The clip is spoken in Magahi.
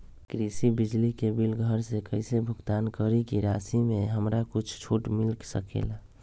कृषि बिजली के बिल घर से कईसे भुगतान करी की राशि मे हमरा कुछ छूट मिल सकेले?